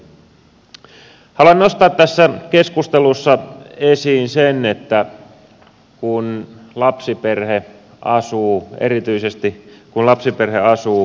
haluan nostaa tässä keskustelussa esiin erityisesti sen kun lapsiperhe asuu maaseudulla